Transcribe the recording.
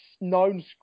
known